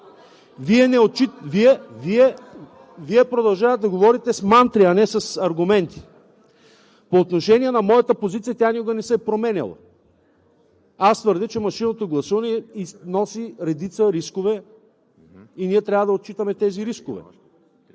Вие продължавате да говорите с мантри, а не с аргументи. По отношение на моята позиция – тя никога не се е променяла. Аз твърдя, че машинното гласуване носи редица рискове и ние трябва да отчитаме тези рискове.